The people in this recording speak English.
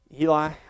Eli